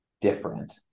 different